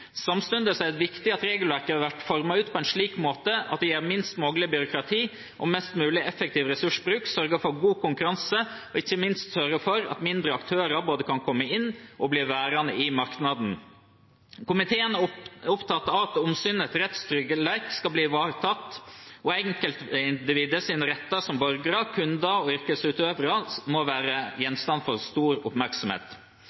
er det viktig at regelverket har vært utformet på en slik måte at det gir minst mulig byråkrati og mest mulig effektiv ressursbruk, sørger for god konkurranse og ikke minst sørger for at mindre aktører både kan komme inn og bli værende i markedet. Komiteen er opptatt av at hensynet til rettssikkerhet skal bli ivaretatt. Enkeltindividets rettigheter som borgere, kunder og yrkesutøvere må være